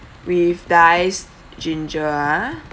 with diced ginger ah